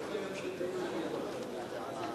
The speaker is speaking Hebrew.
נמנע?